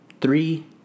three